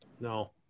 No